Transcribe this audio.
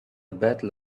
battle